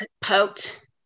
poked